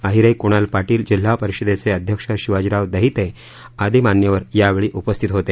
अहिरे कुणाल पाटील जिल्हा परिषदेचे अध्यक्ष शिवाजीराव दहिते आदी यावेळी उपस्थित होते